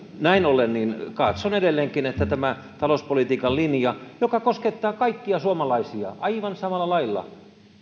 näin ollen katson edelleenkin että tämä talouspolitiikan linja joka koskettaa kaikkia suomalaisia aivan samalla lailla